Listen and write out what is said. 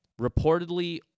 reportedly